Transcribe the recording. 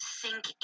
sink